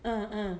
uh uh